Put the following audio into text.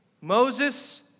Moses